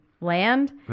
land